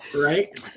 Right